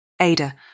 Ada